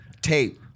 tape